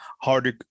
harder